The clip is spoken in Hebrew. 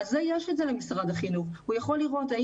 ואת זה כבר יש למשרד החינוך, והוא יכול לראות אם